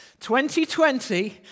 2020